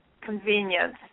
convenience